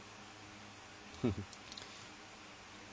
hmm